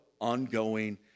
ongoing